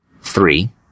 Three